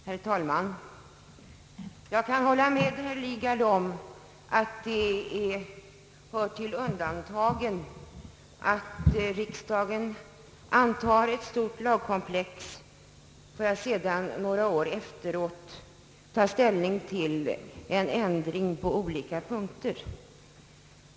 Herr talman! Jag kan hålla med herr Lidgard om att det hör till undantagen att riksdagen antar ett stort lagkomplex för att några år efteråt ta ställning till ändring på olika punkter.